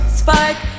spike